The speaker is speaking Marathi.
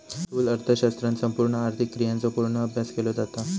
स्थूल अर्थशास्त्रात संपूर्ण आर्थिक क्रियांचो पूर्ण अभ्यास केलो जाता